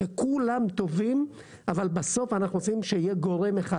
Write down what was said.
שכולם טובים אבל בסוף אנחנו רוצים שיהיה גורם אחד,